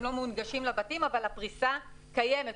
הם לא מונגשים לבתים אבל הפריסה קיימת.